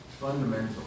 fundamentally